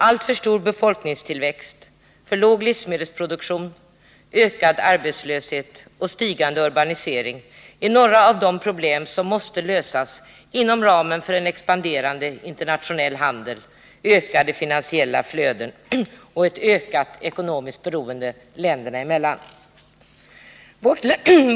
Alltför stor befolkningstillväxt, för låg livsmedelsproduktion, ökad arbetslöshet och stigande urbanisering är några av de problem som måste lösas inom ramen för en expanderande internationell handel, ökade finansiella flöden och ett ökat ekonomiskt beroende länderna emellan.